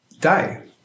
day